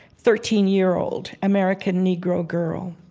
thirteen-year-old american negro girl.